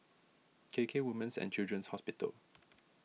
K K Women's and Children's Hospital